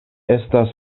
estas